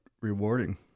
rewarding